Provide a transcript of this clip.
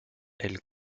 elle